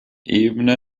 ebene